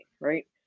right